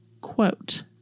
quote